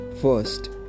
First